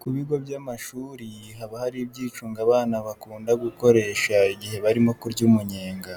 Ku bigo by'amashuri haba hari ibyicungo abana bakunda gukoresha igihe barimo kurya umunyenga.